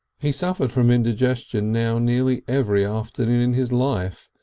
he suffered from indigestion now nearly every afternoon in his life,